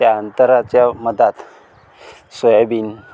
त्या अंतराच्या मध्यात सोयाबीन